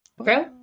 okay